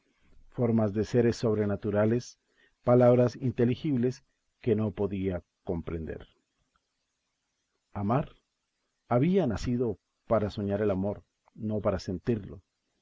formas de seres sobrenaturales palabras inteligibles que no podía comprender amar había nacido para soñar el amor no para sentirlo